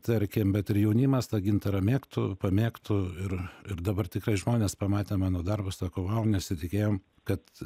tarkim bet ir jaunimas tą gintarą mėgtų pamėgtų ir ir dabar tikrai žmonės pamatę mano darbus sako wow nesitikėjom kad